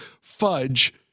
fudge